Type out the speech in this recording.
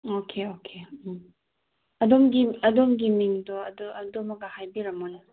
okay okay ꯎꯝ ꯑꯗꯣꯝꯒꯤ ꯑꯗꯣꯝꯒꯤ ꯃꯤꯡꯗꯣ ꯑꯗꯣ ꯑꯗꯨꯃꯒ ꯍꯥꯏꯕꯤꯔꯝꯃꯣꯅꯦ